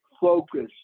focus